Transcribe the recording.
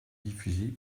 diffusée